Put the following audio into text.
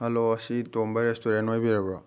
hello ꯑꯁꯤ ꯇꯣꯝꯕ restaurant ꯑꯣꯏꯕꯤꯔꯕ꯭ꯔꯣ